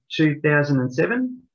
2007